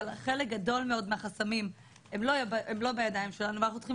אבל חלק גדול מאוד מהחסמים הם לא בידיים שלנו ואנחנו צריכים